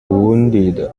wounded